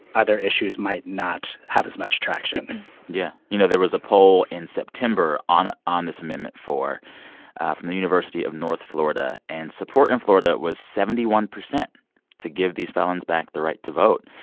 other issues might not have as much traction yeah. you know, there was a poll in september on on this amendment four from the university of north florida. and support in florida was seventy one percent to give these felons back the right to vote.